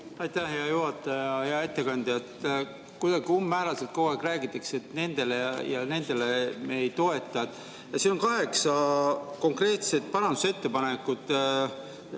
Aitäh, hea juhataja! Hea ettekandja! Kuidagi umbmääraselt kogu aeg räägitakse, et [neid ja neid] me ei toeta. Siin on kaheksa konkreetset parandusettepanekut